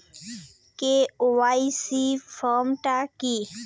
KYC form টা কি?